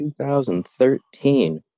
2013